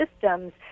systems